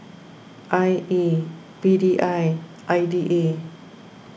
I E P D I I D A